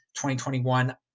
2021